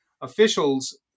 officials